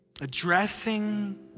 Addressing